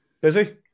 Busy